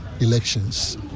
elections